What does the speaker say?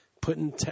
putting